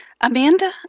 Amanda